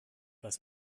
was